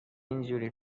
اینجوری